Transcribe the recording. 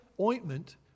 ointment